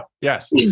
Yes